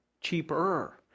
Cheaper